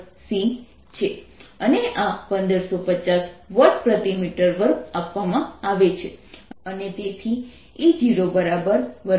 અને આ 1350 વોટ પ્રતિ મીટર વર્ગ આપવામાં આવે છે અને તેથી E0 2×1350×4πc